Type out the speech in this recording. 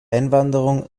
einwanderung